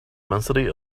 immensity